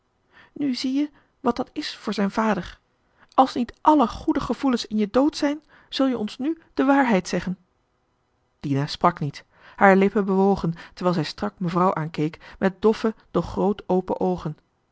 nu zie je wat dat is voor zijn vader als niet alle goede gevoelens in je dood zijn zul je ons nu de waarheid zeggen dina sprak niet haar lippen bewogen terwijl zij strak mevrouw aankeek met doffe doch groot open oogen